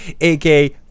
AK